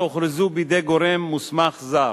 לאחר שהוכרזו בידי גורם מוסמך זר.